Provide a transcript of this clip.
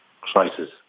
crisis